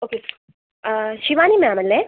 okay ആ Shivani ma'am അല്ലേ